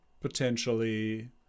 potentially